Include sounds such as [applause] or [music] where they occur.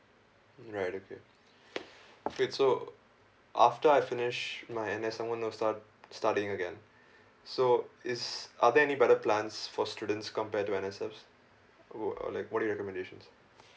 right okay okay so after I finish my N_S I want to start studying again [breath] so is are there any better plans for students compared to N_S_Fs or like what are your recommendations